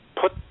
put